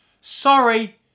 sorry